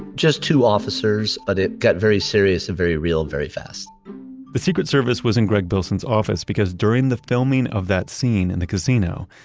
just two officers, but it got very serious and very real, very fast the secret service was in gregg bilson's office because, during the filming of that scene in the casino,